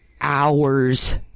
hours